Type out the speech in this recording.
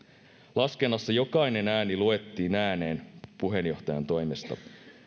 laskennassa jokainen ääni luettiin ääneen puheenjohtajan toimesta